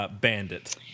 Bandit